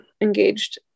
engaged